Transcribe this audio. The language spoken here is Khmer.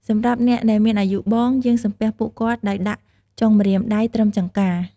សម្រាប់អ្នកដែលមានអាយុបង យើងសំពះពួកគាត់ដោយដាក់ចុងម្រាមដៃត្រឹមចង្កា។